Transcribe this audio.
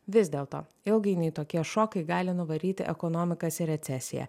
vis dėlto ilgainiui tokie šokai gali nuvaryti ekonomikas į recesiją